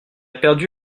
perdu